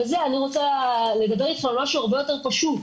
אני רוצה לדבר איתך על משהו הרבה יותר פשוט.